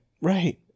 Right